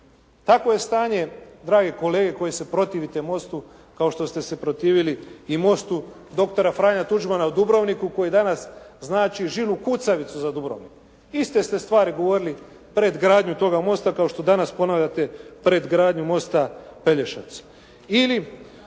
Takvo je stanje dragi kolege koji se protivite mostu, kao što ste se protivili i mostu dr. Franje Tuđmana u Dubrovniku koji danas znači žilu kucavicu za Dubrovnik. Iste ste stvari govorili pred gradnju toga mosta kao što danas ponavljate predgradnju mosta Pelješac.